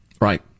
Right